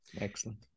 excellent